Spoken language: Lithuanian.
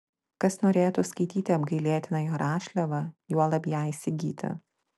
kas norėtų skaityti apgailėtiną jo rašliavą juolab ją įsigyti